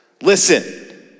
Listen